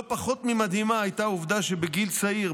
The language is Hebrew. לא פחות ממדהימה הייתה העובדה שבגיל צעיר,